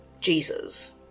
Jesus